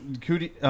Cootie –